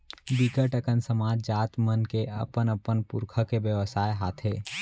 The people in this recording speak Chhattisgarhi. बिकट अकन समाज, जात मन के अपन अपन पुरखा के बेवसाय हाथे